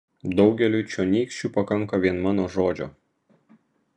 daugeliui čionykščių pakanka vien mano žodžio